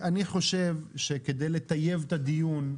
אני חושב שכדי לטייב את הדיון,